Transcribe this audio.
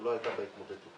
שלא הייתה בו התמוטטות.